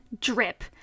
drip